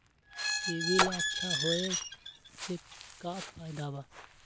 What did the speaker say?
CIBIL अच्छा होऐ से का फायदा बा?